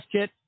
Kit